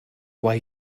why